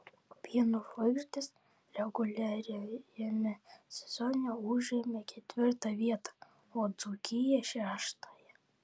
pieno žvaigždės reguliariajame sezone užėmė ketvirtąją vietą o dzūkija šeštąją